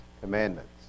commandments